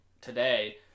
today